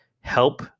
help